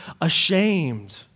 ashamed